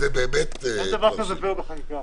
זה באמת --- אין דבר כזה "ו/או" בחקיקה.